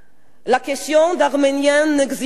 La question arménienne n'existe pas,